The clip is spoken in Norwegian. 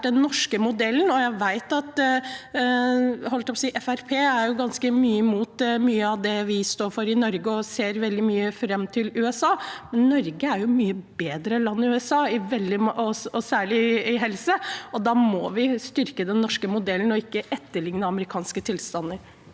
den norske modellen. Jeg vet at Fremskrittspartiet er ganske imot mye av det vi står for i Norge, og ser veldig opp til USA, men Norge er et mye bedre land enn USA, særlig innen helse, og da må vi styrke den norske modellen og ikke etterligne amerikanske tilstander.